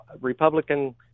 Republican